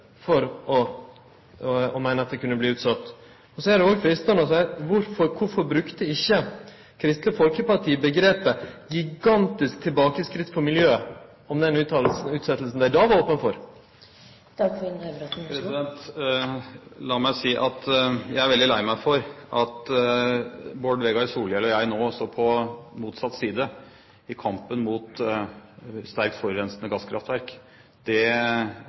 for å meine at det kunne verte utsett? Så er det også freistande å spørje: Kvifor brukte ikkje Kristeleg Folkeparti omgrepet «gigantisk tilbakeskritt for miljøet» om den utsetjinga dei då var opne for? La meg si at jeg er veldig lei meg for at Bård Vegar Solhjell og jeg nå står på motsatt side i kampen mot sterkt forurensende gasskraftverk. Det